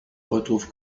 retrouve